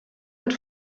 hat